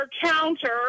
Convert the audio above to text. counter